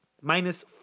minus